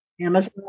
Amazon